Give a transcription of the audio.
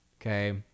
okay